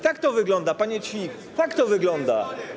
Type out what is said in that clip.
Tak to wygląda, panie Ćwik, tak to wygląda.